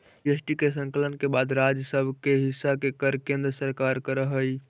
GST के संकलन के बाद राज्य सब के हिस्सा के कर केन्द्र सरकार कर हई